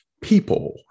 people